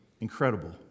Incredible